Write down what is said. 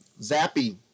Zappy